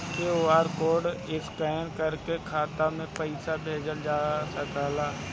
QR code scan करके खाता में पैसा भेजल जाला का?